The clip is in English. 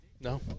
no